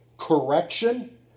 correction